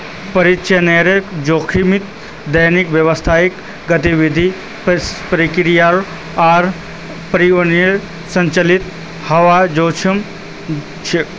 परिचालनेर जोखिम दैनिक व्यावसायिक गतिविधियों, प्रक्रियाओं आर प्रणालियोंर संचालीतेर हबार जोखिम छेक